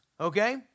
Okay